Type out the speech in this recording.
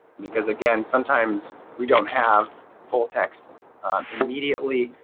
because again, sometimes we don't have full text immediately,